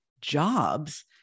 jobs